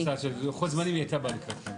אתם